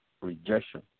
rejection